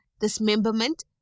dismemberment